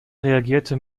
reagierte